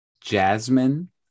Jasmine